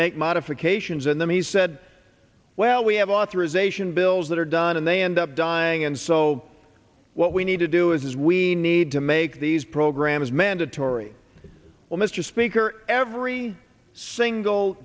make modifications and then he said well we have authorization bills that are done and they end up dying and so what we need to do is we need to make these programs mandatory well mr speaker every single